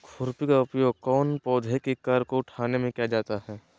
खुरपी का उपयोग कौन पौधे की कर को उठाने में किया जाता है?